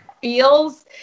feels